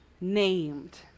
named